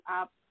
up